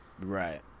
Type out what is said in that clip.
right